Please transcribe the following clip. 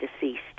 deceased